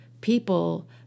people